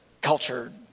culture